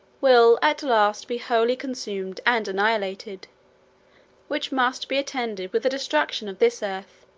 will at last be wholly consumed and annihilated which must be attended with the destruction of this earth,